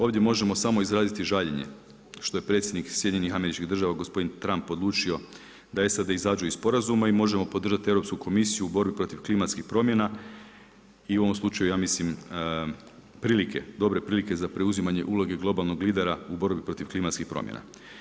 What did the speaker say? Ovdje možemo samo izraziti žaljenje, što je predsjednik SAD-a gospodin Trump odlučio da SAD izađe iz sporazuma i možemo podržati Europsku komisiju u borbi protiv klimatskih promjena i u ovom slučaju, ja mislim prilike, dobre prilike za preuzimanje uloge globalnog lidera u borbi protiv klimatskih promjena.